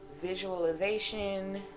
Visualization